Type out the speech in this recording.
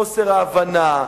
חוסר ההבנה,